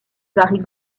varie